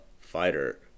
fighter